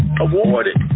awarded